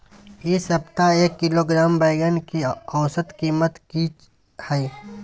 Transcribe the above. इ सप्ताह एक किलोग्राम बैंगन के औसत कीमत की हय?